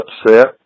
upset